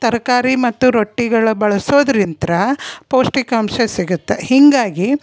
ತರಕಾರಿ ಮತ್ತು ರೊಟ್ಟಿಗಳ ಬಳಸೋದ್ರಿಂತ ಪೌಷ್ಟಿಕಾಂಶ ಸಿಗುತ್ತೆ ಹೀಗಾಗಿ